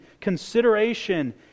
consideration